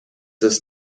des